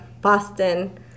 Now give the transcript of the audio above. Boston